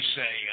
say